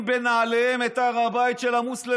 מטמאים בנעליהם את הר הבית של המוסלמים,